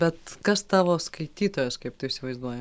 bet kas tavo skaitytojas kaip tu įsivaizduoji